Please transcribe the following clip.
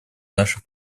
нашей